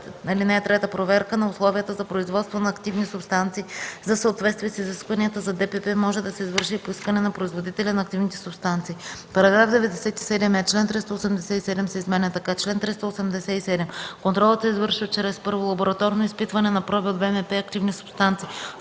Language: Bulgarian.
може да се извърши и по искане на производителя на активните субстанции.”. § 97е. Член 387 се изменя така: „Чл. 387. Контролът се извършва чрез: 1. лабораторно изпитване на проби от ВМП и активни субстанции;